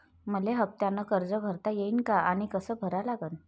मले हफ्त्यानं कर्ज भरता येईन का आनी कस भरा लागन?